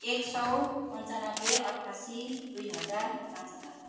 एक सौ पन्चानब्बे अठासी दुई हजार पाँच हजार